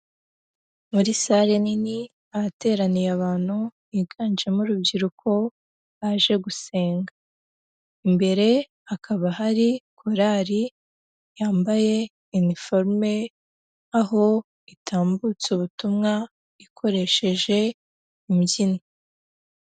Muri sale nini, ahateraniye abantu higanjemo urubyiruko baje gusenga, imbere hakaba hari korari yambaye iniforume, aho itambutsa ubutumwa ikoresheje imbyino.